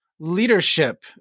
leadership